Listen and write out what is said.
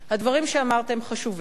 הדברים שאמרת הם חשובים.